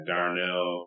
Darnell